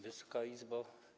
Wysoka Izbo!